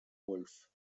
wolff